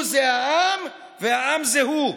הוא זה העם והעם זה הוא.